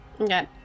Okay